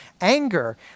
anger